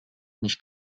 nicht